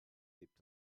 klebt